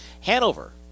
Hanover